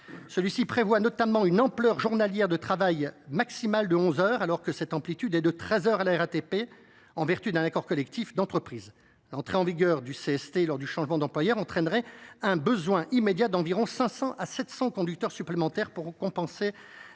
Celui ci prévoit notamment une ampleur journalière de travail maximale de onze heures, alors que cette amplitude est de treize heures à la RATP, en vertu d’un accord collectif d’entreprise. L’entrée en vigueur du CST lors du changement d’employeur entraînerait un besoin immédiat d’environ 500 à 700 conducteurs supplémentaires, pour compenser